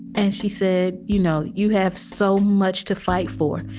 and she said, you know, you have so much to fight for.